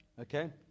Okay